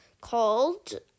called